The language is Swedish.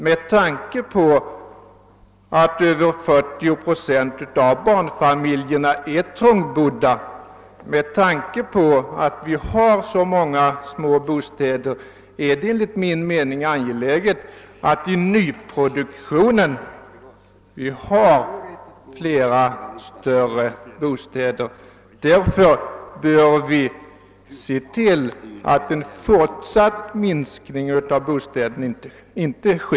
Med tanke på att över 40 procent av barnfamiljerna är trångbodda och att vi nu har så många små bostäder är det enligt min mening angeläget att vi i nyproduktionen får flera större bostäder. Därför får en fortsatt minskning av bostadsutrymmet inte ske.